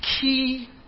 key